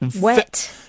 Wet